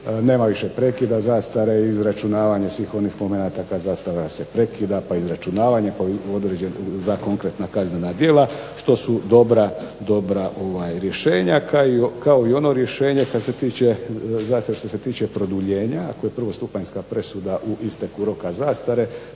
Nema više prekida zastare i izračunavanje svih onih momenata kad zastara se prekida, pa izračunavanje za konkretna kaznena djela što su dobra rješenja kao i ono rješenje kad se tiče što se tiče produljenja ako je prvostupanjska presuda u isteku roka zastare